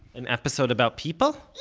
an episode about people?